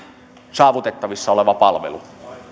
saavutettavissa oleva palvelu